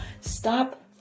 Stop